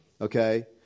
okay